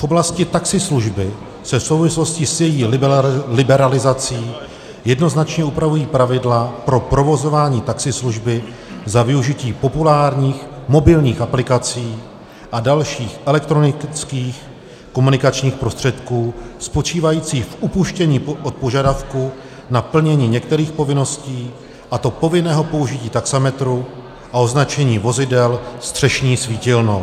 V oblasti taxislužby se v souvislosti s její liberalizací jednoznačně upravují pravidla pro provozování taxislužby za využití populárních mobilních aplikací a dalších elektronických komunikačních prostředků spočívajících v upuštění od požadavku na plnění některých povinností, a to povinného použití taxametru a označení vozidel střešní svítilnou.